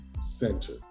center